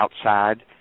outside